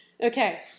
Okay